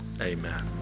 Amen